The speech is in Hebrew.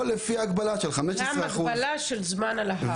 תחת הגבלה של זמן על ההר.